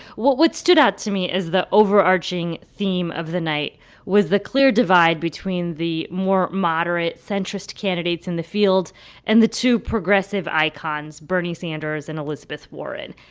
what what stood out to me is the overarching theme of the night was the clear divide between the more moderate centrist candidates in the field and the two progressive icons, bernie sanders and elizabeth warren.